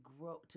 grow